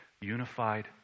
unified